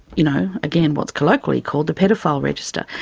you know, again, what's colloquially called the paedophile register,